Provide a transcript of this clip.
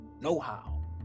know-how